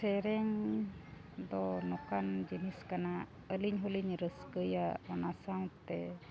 ᱥᱮᱨᱮᱧ ᱫᱚ ᱱᱚᱝᱠᱟᱱ ᱡᱤᱱᱤᱥ ᱠᱟᱱᱟ ᱟᱹᱞᱤᱧ ᱦᱚᱸᱞᱤᱧ ᱨᱟᱹᱥᱠᱟᱹᱭᱟ ᱚᱱᱟ ᱥᱟᱶᱛᱮ